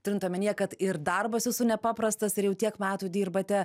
turint omenyje kad ir darbas jūsų nepaprastas ir jau tiek metų dirbate